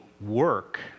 work